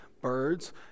birds